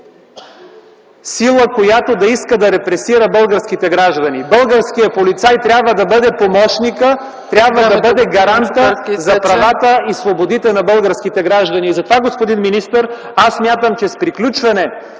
сила, която иска да репресира българските граждани. Българският полицай трябва да бъде помощникът, трябва да бъде гарантът за правата и свободите на българските граждани. Затова, господин министър, аз смятам, че с приключване